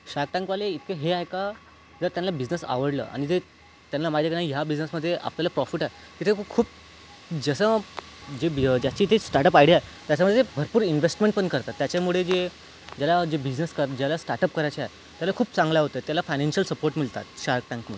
shark टँकवाले इतके हे आहे का जर त्यांना बिझनेस आवडलं आणि जे त्यांना माहिती की नाही ह्या बिझनेसमध्ये आपल्याला प्रॉफिट आहे तिथे खूप जसं जे ज्याचे तेच स्टार्टअप आयडीया आहे त्याच्यामध्ये भरपूर इन्व्हेस्टमेंट पण करतात त्याच्यामुळे जे ज्याला जे बिझनेस कर ज्याला स्टार्टअप करायचे आहे त्याला खूप चांगला होते त्याला फायनॅन्शिअल सपोर्ट मिळतात शार्क टँकमध्ये